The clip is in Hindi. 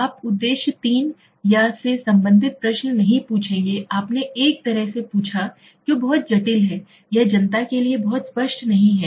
आप उद्देश्य 3 या से संबंधित प्रश्न नहीं पूछेंगे आपने एक तरह से पूछा जो बहुत जटिल है यह जनता के लिए बहुत स्पष्ट नहीं है